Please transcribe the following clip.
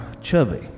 chubby